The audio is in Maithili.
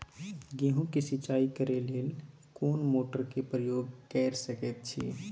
गेहूं के सिंचाई करे लेल कोन मोटर के प्रयोग कैर सकेत छी?